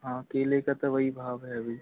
हाँ केले का तो वहीं भाव है अभी